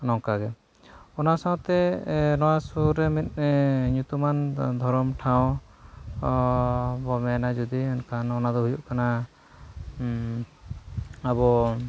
ᱱᱚᱝᱠᱟᱜᱮ ᱚᱱᱟ ᱥᱟᱶᱛᱮ ᱱᱚᱣᱟ ᱥᱩᱨ ᱨᱮ ᱢᱤᱫ ᱧᱩᱛᱩᱢᱟᱱ ᱫᱷᱚᱨᱚᱢ ᱴᱷᱟᱶ ᱵᱚᱱ ᱢᱮᱱᱟ ᱡᱩᱫᱤ ᱮᱱᱠᱷᱟᱱ ᱚᱱᱟ ᱫᱚ ᱦᱩᱭᱩᱜ ᱠᱟᱱᱟ ᱟᱵᱚ